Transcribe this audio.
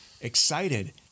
excited